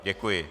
Děkuji.